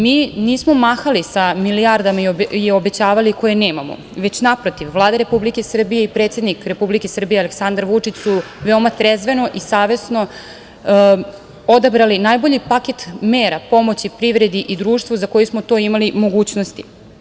Mi nismo mahali sa milijardama koje nemamo i obećavali, već naprotiv, Vlada Republike Srbije i predsednik Republike Srbije Aleksandar Vučić su veoma trezveno i savesno odabrali najbolji paket mera pomoći privredi i društvu za koji smo imali mogućnosti.